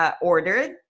ordered